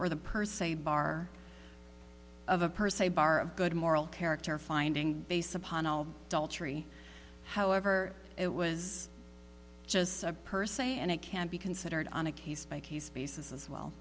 or the per se bar of a person a bar of good moral character finding base upon a dull tree however it was just a per se and it can be considered on a case by case basis as well